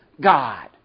God